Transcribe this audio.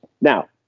Now